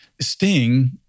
sting